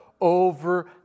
over